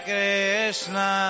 Krishna